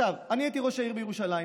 הייתי ראש העיר ירושלים,